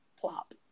plop